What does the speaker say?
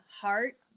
heart